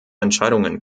entscheidungen